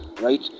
right